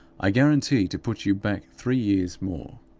i guarantee to put you back three years more.